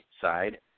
side